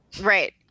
Right